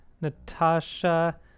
Natasha